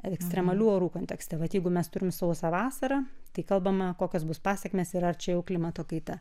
ekstremalių orų kontekste vat jeigu mes turim sausą vasarą tai kalbama kokios bus pasekmės ir ar čia jau klimato kaita